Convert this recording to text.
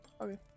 Okay